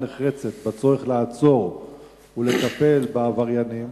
נחרצת בדבר הצורך לעצור ולטפל בעבריינים,